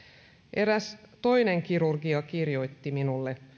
eräs toinen kirurgi kirjoitti minulle